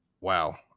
wow